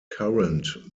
current